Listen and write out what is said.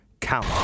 count